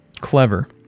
clever